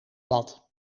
bad